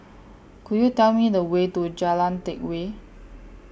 Could YOU Tell Me The Way to Jalan Teck Whye